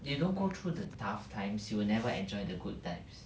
you don't go through the tough times you will never enjoy the good times